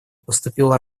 поступила